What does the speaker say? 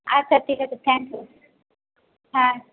আচ্ছা ঠিক আছে থ্যাংক ইউ হ্যাঁ